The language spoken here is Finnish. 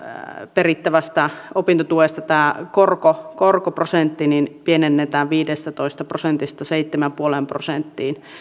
perittävästä opintotuesta korkoprosentti pienennetään viidestätoista prosentista seitsemään pilkku viiteen prosenttiin